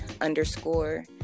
underscore